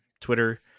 twitter